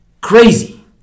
crazy